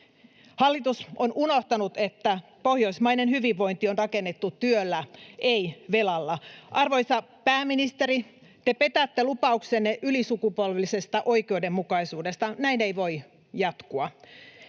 Hallitus on unohtanut, että pohjoismainen hyvinvointi on rakennettu työllä, ei velalla. Arvoisa pääministeri, te petätte lupauksenne ylisukupolvisesta oikeudenmukaisuudesta. [Vasemmalta: